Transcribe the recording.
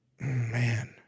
man